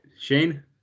Shane